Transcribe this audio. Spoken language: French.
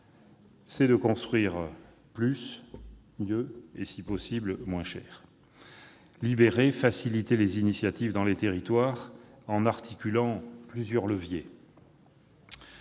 objectif de construire plus, mieux et, si possible, moins cher. Il s'agit de libérer et de faciliter les initiatives dans les territoires, en articulant plusieurs leviers.